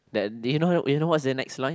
then do you know do you know what's the next line